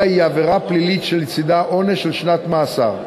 היא עבירה פלילית שלצדה עונש של שנת מאסר,